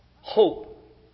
hope